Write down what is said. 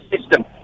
system